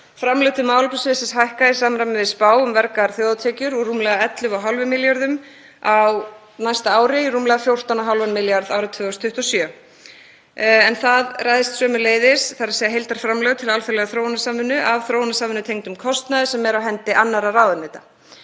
Framlög til málefnasviðsins hækka í samræmi við spá um vergar þjóðartekjur úr rúmlega 11,5 milljörðum á næsta ári í rúmlega 14,5 milljarða árið 2027, en það ræðst sömuleiðis, þ.e. heildarframlög til alþjóðlegrar þróunarsamvinnu, af þróunarsamvinnutengdum kostnaði sem er á hendi annarra ráðuneyta.